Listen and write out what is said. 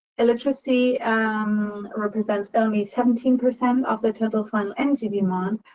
electricity um represents only seventeen percent of the total final energy demand,